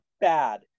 bad